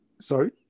Sorry